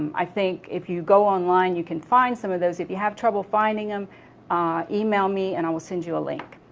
i think if you go online you can find some of those. if you have trouble finding them email me and i will send you a link.